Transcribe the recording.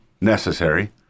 Necessary